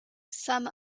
some